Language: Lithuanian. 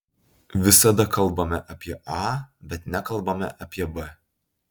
visada kalbame apie a bet nekalbame apie b